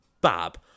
bab